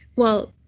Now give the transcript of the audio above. well,